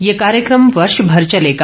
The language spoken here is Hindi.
ये कार्यक्रम वर्ष भर चलेगा